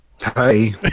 Hi